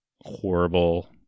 horrible